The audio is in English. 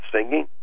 singing